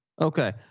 Okay